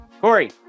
Corey